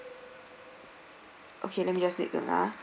okay let me just take note ah